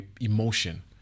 emotion